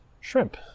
shrimp